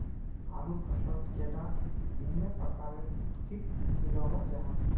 आलूर फसलोत कैडा भिन्न प्रकारेर किट मिलोहो जाहा?